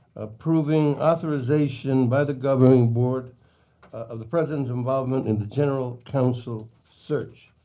approving authorization by the governing board of the presidents involvement in the general counsel search.